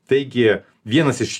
taigi vienas iš